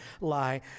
lie